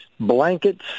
blankets